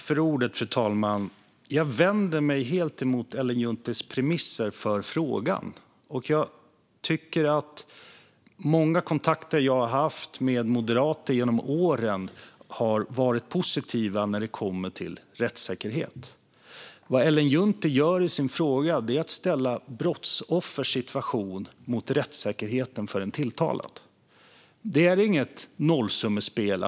Fru talman! Jag vänder mig helt emot Ellen Junttis premisser för frågan. Många kontakter som jag har haft med moderater genom åren har varit positiva när det kommer till rättssäkerhet. Vad Ellen Juntti gör med sin fråga är att ställa ett brottsoffers situation mot rättssäkerheten för en tilltalad. Det är inget nollsummespel.